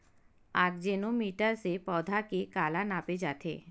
आकजेनो मीटर से पौधा के काला नापे जाथे?